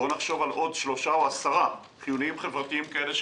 בואו נחשוב על עוד שלושה או עשרה פרויקטים חברתיים חיוניים כאלה,